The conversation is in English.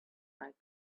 might